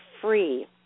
free